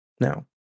Now